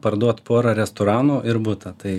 parduot porą restoranų ir butą tai